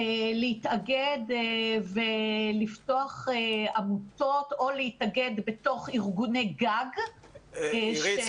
להתאגד ולפתוח עמותות או להתאגד בתוך ארגוני גג --- עירית,